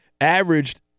averaged